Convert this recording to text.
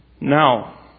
Now